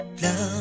Love